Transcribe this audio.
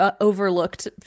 Overlooked